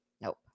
Nope